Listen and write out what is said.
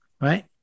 right